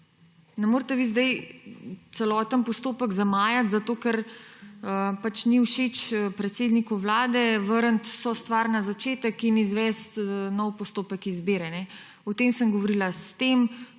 Ne morete vi zdaj celotnega postopka zamajati, zato ker ni všeč predsedniku Vlade, vrniti vse stvari na začetek in izvesti novega postopka izbire. O tem sem govorila. S tem,